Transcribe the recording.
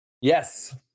Yes